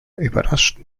überraschten